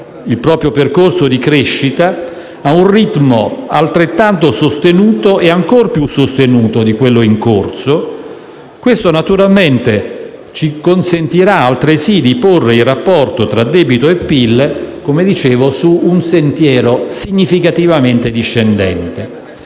il proprio percorso di crescita ad un ritmo altrettanto sostenuto ed ancor più sostenuto di quello in corso. Questo naturalmente ci consentirà, altresì, di porre il rapporto tra debito e PIL su un sentiero significativamente discendente.